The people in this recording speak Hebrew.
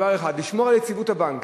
דבר אחד: לשמור על יציבות הבנקים.